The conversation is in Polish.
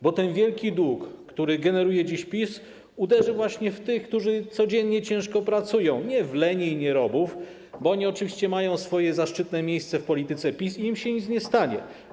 Bo ten wielki dług, który generuje dziś PiS, uderzy właśnie w tych, którzy codziennie ciężko pracują, a nie w leni i nierobów, bo oni oczywiście mają swoje zaszczytne miejsce w polityce PiS i im się nic nie stanie.